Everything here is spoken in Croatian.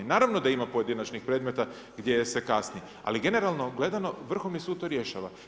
Naravno da ima pojedinačnih predmeta gdje se kasni, ali generalno gledano, Vrhovni sud to rješava.